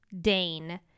Dane